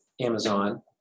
Amazon